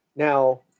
Now